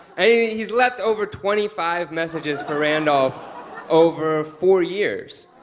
he's left over twenty five messages for randolph over four years.